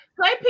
Play